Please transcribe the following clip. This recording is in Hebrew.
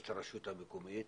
יש את הרשות המקומית,